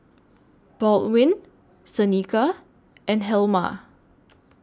Baldwin Seneca and Helma